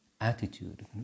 attitude